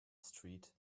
street